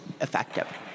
effective